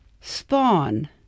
Spawn